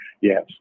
Yes